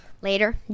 Later